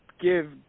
give